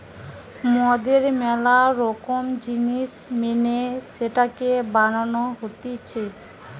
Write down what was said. মদের ম্যালা রকম জিনিস মেনে সেটাকে বানানো হতিছে